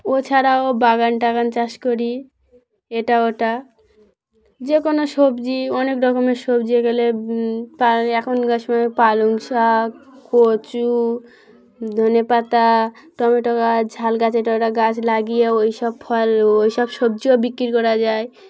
ওছাড়াও বাগান টাগান চাষ করি এটা ওটা যে কোনো সবজি অনেক রকমের সবজি গেলে এখন গা সময় পালং শাক কচু ধনে পাতা টমেটো গাছ ঝাল গাছ এটা ওটা গাছ লাগিয়ে ওই সব ফল ওই সব সবজিও বিক্রি করা যায়